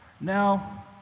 Now